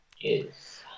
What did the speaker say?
Yes